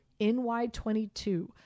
NY22